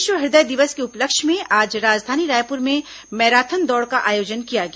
विश्व हृदय दिवस के उपलक्ष्य में आज राजधानी रायपुर में मैराथन दौड़ का आयोजन किया गया